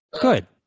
Good